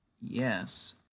yes